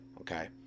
Okay